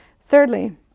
Thirdly